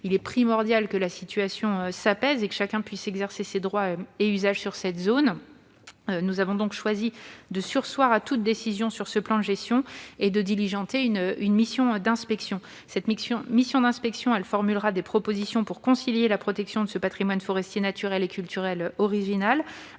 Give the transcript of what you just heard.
Il est primordial que la situation s'apaise et que chacun puisse exercer ses droits et usages sur cette zone. Nous avons donc choisi de surseoir à toute décision sur ce plan de gestion et de diligenter une mission d'inspection, qui formulera des propositions pour concilier la protection de ce patrimoine forestier naturel et culturel original